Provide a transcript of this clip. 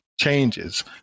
changes